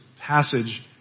passage